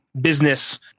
business